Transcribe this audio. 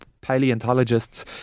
paleontologists